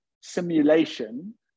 simulation